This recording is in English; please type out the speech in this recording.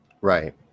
Right